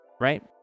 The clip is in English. Right